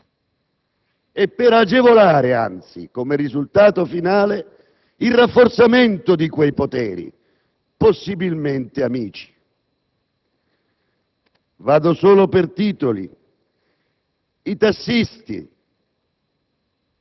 e, per agevolare anzi, come risultato finale, il rafforzamento di quei poteri, possibilmente amici. Vado solo per titoli. Per i tassisti,